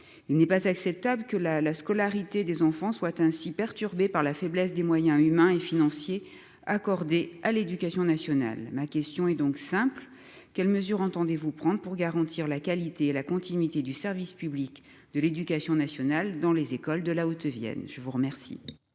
Il n'est pas acceptable que la la scolarité des enfants soient ainsi perturbée par la faiblesse des moyens humains et financiers accordés à l'éducation nationale. Ma question est donc simple, quelles mesures entendez-vous prendre pour garantir la qualité et la continuité du service public de l'éducation nationale dans les écoles de la Haute-Vienne. Je vous remercie.